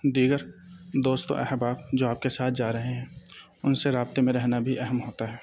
دیگر دوست و احباب جو آپ کے ساتھ جا رہے ہیں ان سے رابطے میں رہنا بھی اہم ہوتا ہے